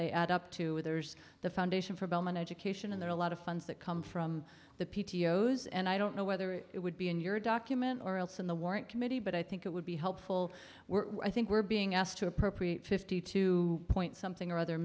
they add up to there's the foundation for bellman education and there are a lot of funds that come from the p t o use and i don't know whether it would be in your document or else in the warrant committee but i think it would be helpful were i think we're being asked to appropriate fifty two point something or other